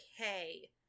Okay